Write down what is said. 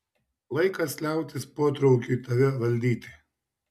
laikas liautis potraukiui tave valdyti